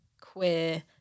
queer